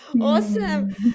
awesome